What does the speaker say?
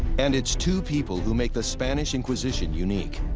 and it's two people who make the spanish inquisition unique.